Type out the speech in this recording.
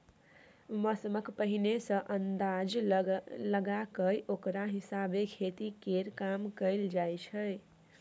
मौसमक पहिने सँ अंदाज लगा कय ओकरा हिसाबे खेती केर काम कएल जाइ छै